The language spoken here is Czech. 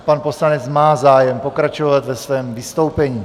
Pan poslanec má zájem pokračovat ve svém vystoupení.